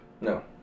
No